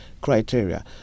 criteria